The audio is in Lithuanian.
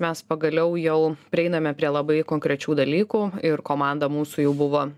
mes pagaliau jau prieiname prie labai konkrečių dalykų ir komanda mūsų jau buvo